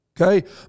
okay